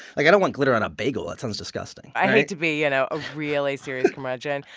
like i don't want glitter on a bagel. that sounds disgusting i hate to be, you know, a really serious curmudgeon.